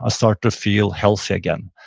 ah started to feel healthy again.